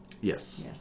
Yes